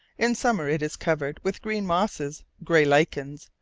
in summer it is covered with green mosses, grey lichens,